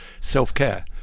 self-care